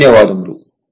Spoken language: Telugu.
ధన్యవాదాలు